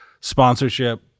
sponsorship